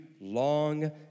long